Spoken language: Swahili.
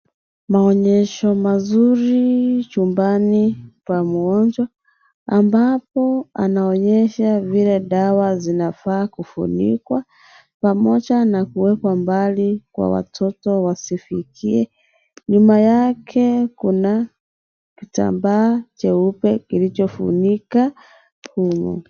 Maonyesho mazuri chumbani kwa mgonjwa, ambapo anaonyesha vile dawa zinafaa kufunikwa pamoja na kuwekwa mbali kwa watoto wasifikie. Nyuma yake kuna kitambaa cheupe kilichofunika humo.